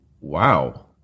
Wow